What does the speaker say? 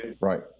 Right